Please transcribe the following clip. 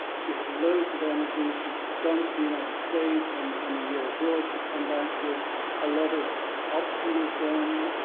she had loads of energy. she'd gone to the united states on on a year abroad. she'd come back with a lot of optimism